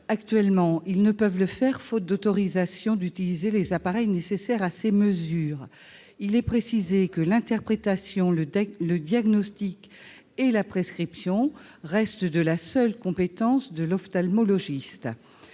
Actuellement, ils ne peuvent le faire faute d'une autorisation pour utiliser les appareils nécessaires à ces mesures, l'interprétation, le diagnostic et la prescription restant de la seule compétence de l'ophtalmologiste.